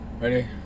Ready